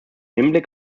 hinblick